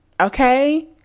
okay